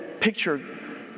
picture